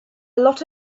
lot